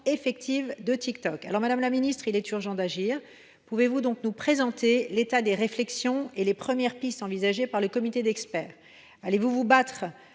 effective de TikTok. Madame la secrétaire d’État, il est urgent d’agir. Pouvez vous nous présenter l’état des réflexions et les premières pistes envisagées par le comité d’experts ? Allez vous vous battre